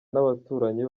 n’abaturanyi